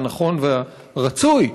הנכון והרצוי,